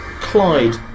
Clyde